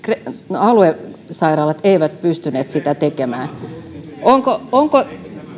aluesairaalat eivät pystyneet niitä tekemään onko